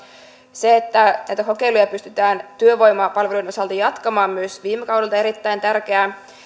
se että myös näitä kokeiluja viime kaudelta pystytään työvoimapalveluiden osalta jatkamaan on erittäin tärkeää